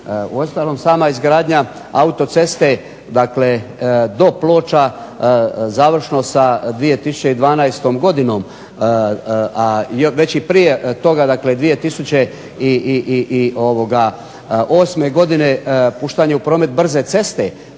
Uostalom sama izgradnja autoceste do Ploča završno sa 2012. godinom, a već i prije toga 2008. godine puštanje u promet brze ceste